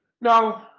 No